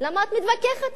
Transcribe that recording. למה את מתווכחת אתי בכלל?